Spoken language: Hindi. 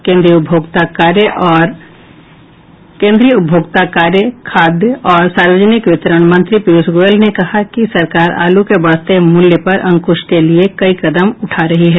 केन्द्रीय उपभोक्ता कार्य खाद्य और सार्वजनिक वितरण मंत्री पीयूष गोयल ने कहा कि सरकार आलू के बढ़ते मूल्य पर अंकुश के लिए कई कदम उठा रही है